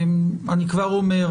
אני כבר אומר,